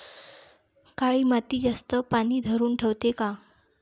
काळी माती जास्त पानी धरुन ठेवते का?